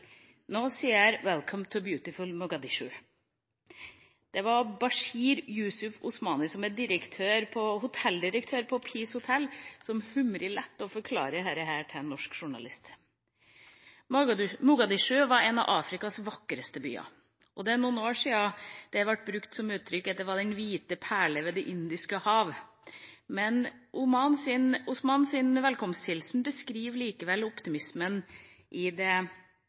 Nå sier jeg: «Welcome to beautiful Mogadishu!»» Det var Bashir Yusuf Osman, som er hotelldirektør ved Peace Hotel, som humret lett og forklarte dette til en norsk journalist. Mogadishu var en av Afrikas vakreste byer, og det er noen år siden det ble brukt som uttrykk at det var «den hvite perle ved Det indiske hav». Men Osmans velkomsthilsen beskriver likevel optimismen i